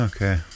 Okay